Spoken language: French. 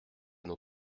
nos